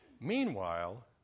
Meanwhile